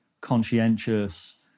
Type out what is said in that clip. conscientious